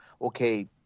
okay